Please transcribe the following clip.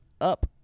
up